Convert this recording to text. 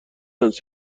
است